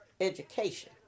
education